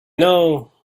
know